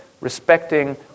Respecting